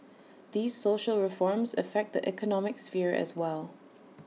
these social reforms affect the economic sphere as well